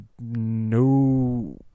no